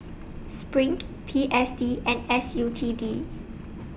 SPRING P S D and S U T D